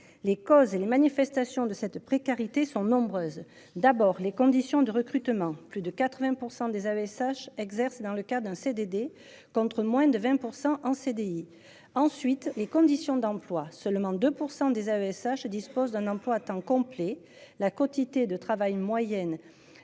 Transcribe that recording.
les causes et les manifestations de cette précarité sont nombreuses, d'abord les conditions de recrutement, plus de 80% des ASH exerce dans le cas d'un CDD, contre moins de 20% en CDI ensuite les conditions d'emploi, seulement 2% des AESH dispose d'un emploi à temps complet. La quantité de travail moyenne